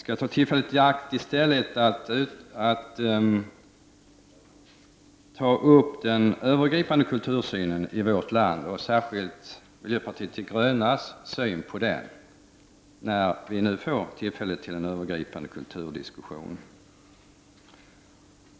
I stället skall jag ta upp den övergripande kultursynen i vårt land, och särskilt miljöpartiet de grönas syn på den, när vi nu får tillfälle till en övergripande kulturdiskussion.